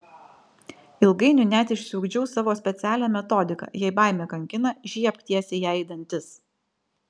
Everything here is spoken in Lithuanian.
ilgainiui net išsiugdžiau savo specialią metodiką jei baimė kankina žiebk tiesiai jai į dantis